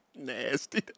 nasty